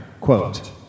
quote